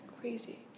crazy